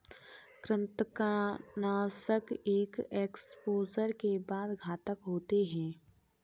कृंतकनाशक एक एक्सपोजर के बाद घातक होते हैं